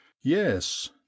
Yes